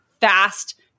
fast